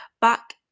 back